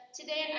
today